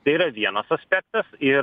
tai yra vienas aspektas ir